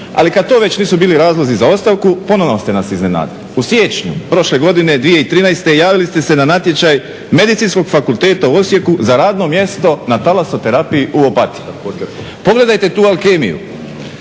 Ali kad to već nisu bili razlozi za ostavku ponovno ste nas iznenadili. U siječnju prošle godine 2013. javili ste se na natječaj Medicinskog fakulteta u Osijeku za radno mjesto na Talasoterapiji u Opatiji. Pogledajte tu alkemiju.